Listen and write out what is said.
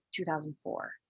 2004